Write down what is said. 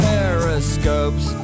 Periscopes